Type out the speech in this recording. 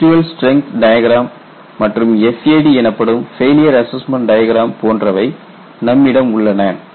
residual strength diagram மற்றும் FAD எனப்படும் failure assessment diagram போன்றவை நம்மிடம் உள்ளன